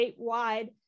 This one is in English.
statewide